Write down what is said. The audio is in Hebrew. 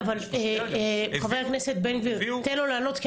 ח"כ בן גביר, תן לו לענות.